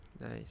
Nice